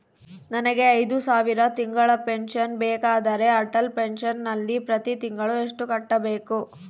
ನನಗೆ ಐದು ಸಾವಿರ ತಿಂಗಳ ಪೆನ್ಶನ್ ಬೇಕಾದರೆ ಅಟಲ್ ಪೆನ್ಶನ್ ನಲ್ಲಿ ಪ್ರತಿ ತಿಂಗಳು ಎಷ್ಟು ಕಟ್ಟಬೇಕು?